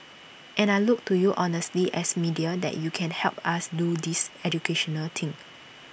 and I look to you honestly as media that you can help us do this educational thing